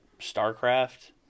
starcraft